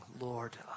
lord